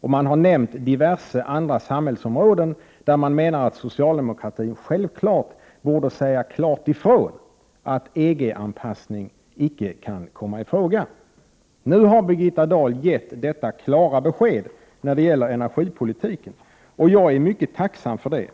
Man har nämnt diverse andra samhällsområden där man menar att socialdemokratin självklart borde säga ifrån att EG-anpassning icke kan komma i fråga. Nu har Birgitta Dahl gett detta klara besked om energipolitiken. Jag är mycket tacksam för det.